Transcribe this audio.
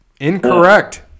Incorrect